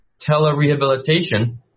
tele-rehabilitation